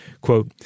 Quote